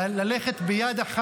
ללכת יד ביד,